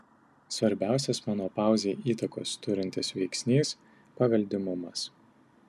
svarbiausias menopauzei įtakos turintis veiksnys paveldimumas